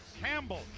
Campbell